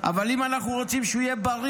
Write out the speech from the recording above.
אבל אם אנחנו רוצים שהוא יהיה בריא